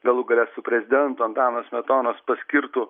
galų gale su prezidento antano smetonos paskirtu